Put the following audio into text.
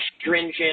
stringent